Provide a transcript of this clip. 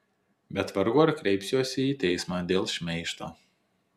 bet vargu ar kreipsiuosi į teismą dėl šmeižto